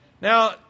Now